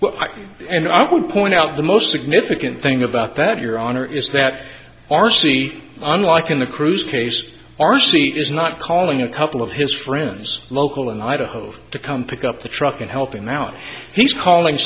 and i would point out the most significant thing about that your honor is that r c unlike in the cruise case r c is not calling a couple of his friends local in idaho to come pick up the truck and helping out he's calling